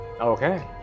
Okay